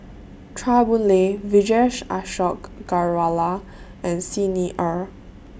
Chua Boon Lay Vijesh Ashok Ghariwala and Xi Ni Er